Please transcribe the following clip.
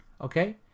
okay